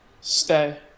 Stay